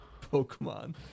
Pokemon